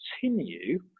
continue